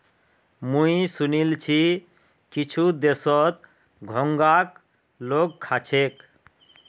मुई सुनील छि कुछु देशत घोंघाक लोग खा छेक